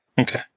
Okay